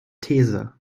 these